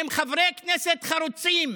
הם חברי כנסת חרוצים,